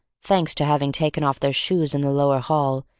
thanks to having taken off their shoes in the lower hall,